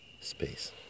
space